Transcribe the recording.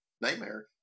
nightmare